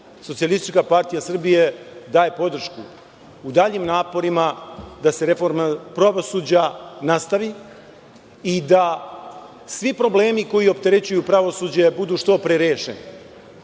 biti, Neli Kuburović SPS daje podršku u daljim naporima da se reforma pravosuđa nastavi i da svi problemi koji opterećuju pravosuđe budu što pre